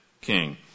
king